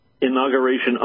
inauguration